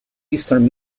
eastern